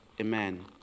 Amen